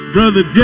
Brother